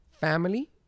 family